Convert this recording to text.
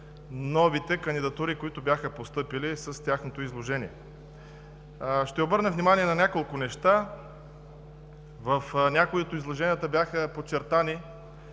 новите кандидатури, които бяха постъпили с тяхното изложение. Ще обърна внимание на няколко неща. В някои от изложенията бяха подчертани